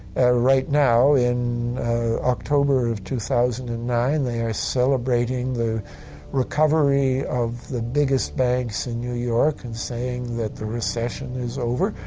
right now, in october of two thousand and nine, they are celebrating the recovery of the biggest banks in new york and saying that the recession is over.